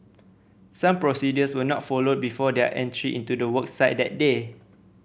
some procedures were not followed before their entry into the work site that day